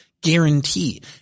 guarantee